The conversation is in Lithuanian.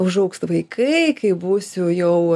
užaugs vaikai kai būsiu jau